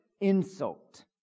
insult